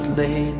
lay